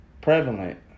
prevalent